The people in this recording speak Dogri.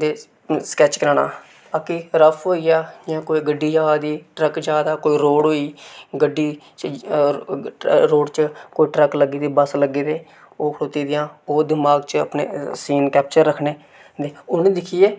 ते स्कैच कराना ते कोई रफ्फ होई गेआ जां कोई गड्डी जा दी ट्रक्क जा दा कोई रोड़ होई गड्डी रोड़ च कोई ट्रक्क लग्गी दी कोई बस लग्गी दे ओह् खड़ोती दियां ओह् दिमाग च अपने सीन कैप्चर रक्खने उ'नें गी दिक्खियै